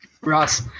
Ross